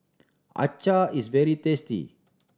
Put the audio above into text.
acar is very tasty